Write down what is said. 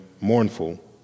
mournful